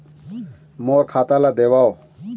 मोर खाता ला देवाव?